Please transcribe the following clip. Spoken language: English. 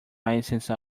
license